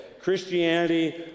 Christianity